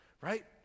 right